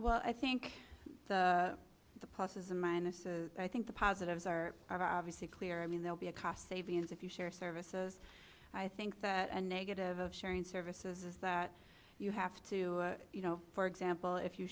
well i think the pluses and minuses i think the positives are obviously clear i mean they'll be a cost savings if you share services i think that a negative of sharing services is that you have to you know for example if you